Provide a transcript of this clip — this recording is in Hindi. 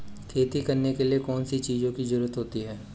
खेती करने के लिए कौनसी चीज़ों की ज़रूरत होती हैं?